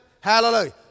Hallelujah